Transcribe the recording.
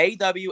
AW